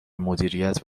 مدیریت